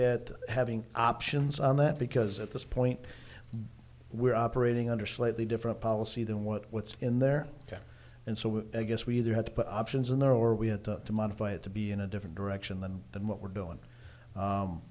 at having options on that because at this point we're operating under slightly different policy than what's in there and so i guess we either had to put options in there or we had to modify it to be in a different direction than than what we're doing